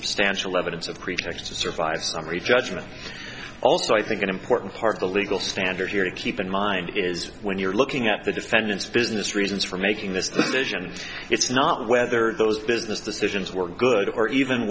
substantial evidence of pretexts to survive summary judgment also i think an important part of the legal standard here to keep in mind is when you're looking at the defendant's business reasons for making this decision it's not whether those business decisions were good or even